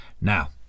Now